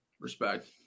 Respect